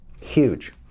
Huge